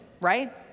right